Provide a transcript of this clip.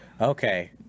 Okay